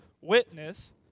witness